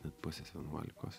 net pusės vienuolikos